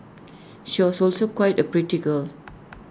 she also is quite A pretty girl